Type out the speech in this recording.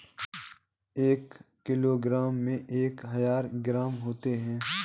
एक किलोग्राम में एक हजार ग्राम होते हैं